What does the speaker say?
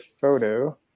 photo